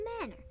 manner